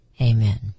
Amen